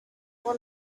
will